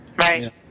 right